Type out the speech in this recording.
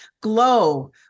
glow